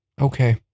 Okay